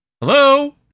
Hello